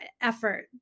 effort